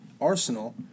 Arsenal